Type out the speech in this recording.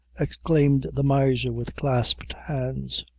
exclaimed the miser with clasped hands.